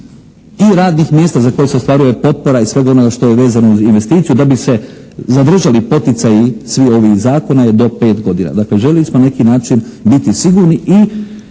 i radnih mjesta za koje se ostvaruje potpora iz svega onoga što je vezano uz investiciju, da bi se zadržali poticaji svi ovi iz zakona je do 5 godina. Dakle, željeli smo na neki način biti sigurni i